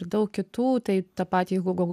ir daug kitų tai tą patį hugo